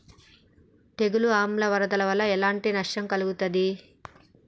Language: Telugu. తెగులు ఆమ్ల వరదల వల్ల ఎలాంటి నష్టం కలుగుతది?